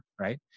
right